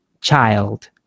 child